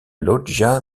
loggia